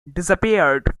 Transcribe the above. disappeared